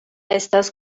estas